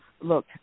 look